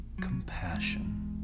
compassion